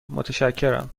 متشکرم